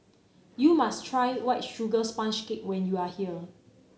you must try White Sugar Sponge Cake when you are here